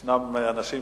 אין לי שום